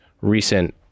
recent